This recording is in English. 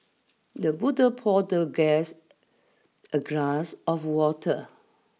the butler poured the guest a glass of water